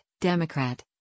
Democrat